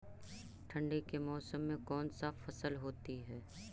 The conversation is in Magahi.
ठंडी के मौसम में कौन सा फसल होती है?